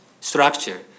structure